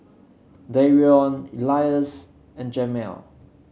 Darion Elias and Jamel